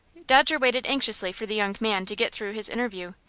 dodger waited anxiously for the young man to get through his interview.